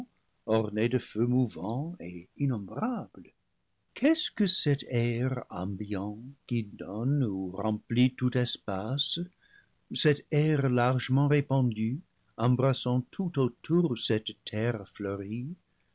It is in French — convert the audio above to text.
orné de feux mouvants et innombrables qu'est-ce que cet air ambiant qui donne ou remplit tout espace cet air largement répandu embrassant tout autour cette terre fleurie